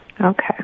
Okay